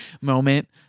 moment